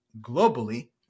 globally